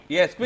Yes